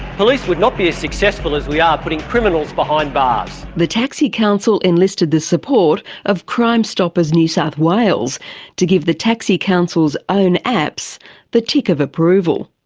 police would not be as successful as we are putting criminals behind bars. the taxi council enlisted the support of crime stoppers new south wales to give the taxi council's own apps the tick of approval.